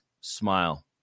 Smile